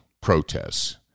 protests